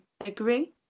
agree